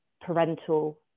parental